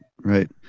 right